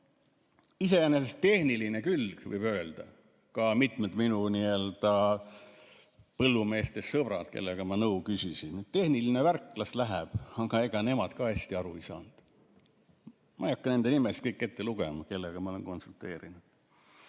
Iseenesest tehniline külg, võib öelda, ka mitmed minu nii-öelda põllumeestest sõbrad, kellelt ma nõu küsisin, [ütlesid:] tehniline värk, las läheb! Aga ega nemad ka hästi aru ei saanud. Ma ei hakka nende nimesid ette lugema, kellega ma olen konsulteerinud.